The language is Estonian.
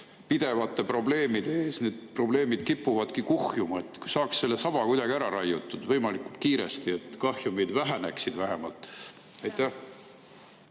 pidevate probleemide ees, need probleemid kipuvadki kuhjuma. Kui saaks selle saba kuidagi ära raiutud võimalikult kiiresti, et kahjumid väheneksid vähemalt. Aitäh!